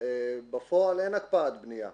בפועל אין הקפאת בניה.